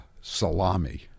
Salami